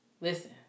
listen